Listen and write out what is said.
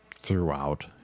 throughout